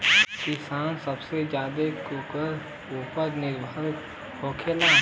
किसान सबसे ज्यादा केकरा ऊपर निर्भर होखेला?